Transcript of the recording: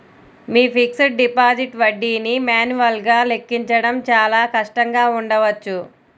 మీ fixed deposit వడ్డీని మాన్యువల్గా లెక్కించడం చాలా కష్టంగా ఉండవచ్చు